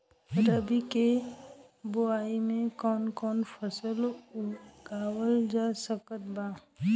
रबी के बोआई मे कौन कौन फसल उगावल जा सकत बा?